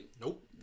nope